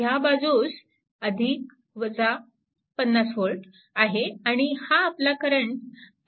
ह्या बाजूस 50V आहे आणि हा आपला i1 करंट आहे